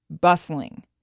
bustling